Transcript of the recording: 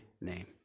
name